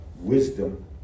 wisdom